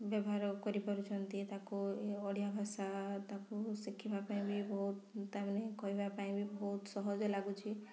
ବ୍ୟବହାର କରିପାରୁଛନ୍ତି ତାକୁ ୟେ ଓଡ଼ିଆଭାଷା ତାକୁ ଶିଖିବା ପାଇଁ ବି ବହୁତ ତା'ମାନେ କହିବା ପାଇଁ ବି ବହୁତ ସହଜ ଲାଗୁଛି